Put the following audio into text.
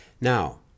Now